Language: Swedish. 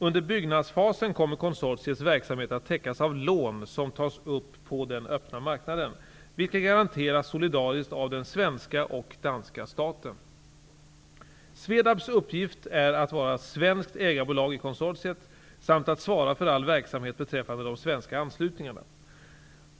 Under byggnadsfasen kommer konsortiets verksamhet att täckas av lån som tas upp på den öppna marknaden, vilka garanteras solidariskt av den svenska och danska staten. SVEDAB:s uppgift är att vara svenskt ägarbolag i konsortiet samt att svara för all verksamhet beträffande de svenska anslutningarna.